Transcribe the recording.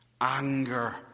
anger